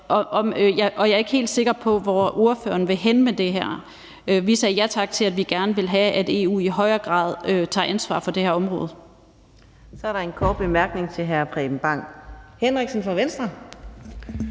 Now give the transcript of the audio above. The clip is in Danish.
Jeg er ikke helt sikker på, hvor ordføreren vil hen med det her. Vi sagde ja tak, i forhold til at vi gerne vil have, at EU i højere grad tager ansvar for det her område.